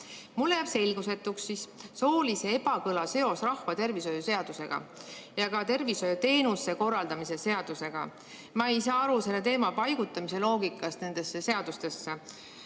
Mulle jääb selgusetuks soolise ebakõla seos rahvatervishoiu seadusega ja ka tervishoiuteenuste korraldamise seadusega. Ma ei saa aru selle teema paigutamise loogikast nendesse seadustesse.